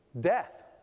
death